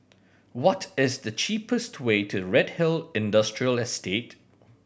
what is the cheapest way to Redhill Industrial Estate